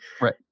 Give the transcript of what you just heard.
right